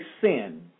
sin